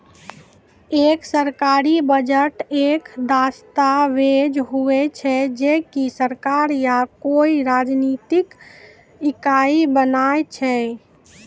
एक सरकारी बजट एक दस्ताबेज हुवै छै जे की सरकार या कोय राजनितिक इकाई बनाय छै